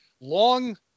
long